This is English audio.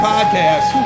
Podcast